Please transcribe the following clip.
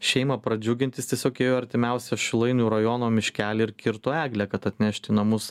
šeimą pradžiugint jie tiesiog ėjo į artimiausią šilainių rajono miškelį ir kirto eglę kad atnešt į namus